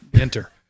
enter